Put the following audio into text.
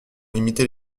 limiter